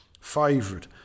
Favourite